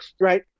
right